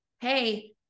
Hey